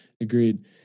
Agreed